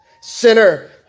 sinner